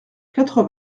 quatre